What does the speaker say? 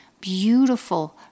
beautiful